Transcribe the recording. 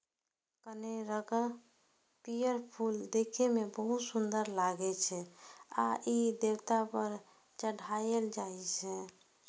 कनेरक पीयर फूल देखै मे बहुत सुंदर लागै छै आ ई देवता पर चढ़ायलो जाइ छै